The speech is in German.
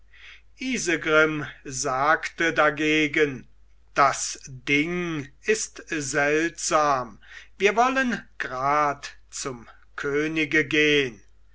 isegrim sagte dagegen das ding ist seltsam wir wollen grad zum könige gehn